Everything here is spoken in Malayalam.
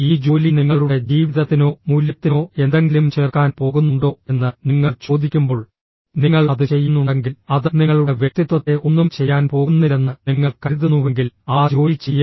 ഈ ജോലി നിങ്ങളുടെ ജീവിതത്തിനോ മൂല്യത്തിനോ എന്തെങ്കിലും ചേർക്കാൻ പോകുന്നുണ്ടോ എന്ന് നിങ്ങൾ ചോദിക്കുമ്പോൾ നിങ്ങൾ അത് ചെയ്യുന്നുണ്ടെങ്കിൽ അത് നിങ്ങളുടെ വ്യക്തിത്വത്തെ ഒന്നും ചെയ്യാൻ പോകുന്നില്ലെന്ന് നിങ്ങൾ കരുതുന്നുവെങ്കിൽ ആ ജോലി ചെയ്യരുത്